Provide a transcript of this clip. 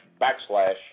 backslash